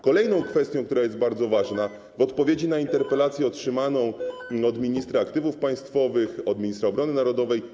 Kolejna kwestia, która jest bardzo ważna, to odpowiedź na interpelację otrzymana od ministra aktywów państwowych, od ministra obrony narodowej.